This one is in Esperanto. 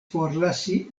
forlasi